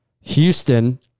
Houston